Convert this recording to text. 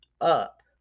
up